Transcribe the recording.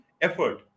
effort